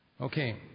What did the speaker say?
Okay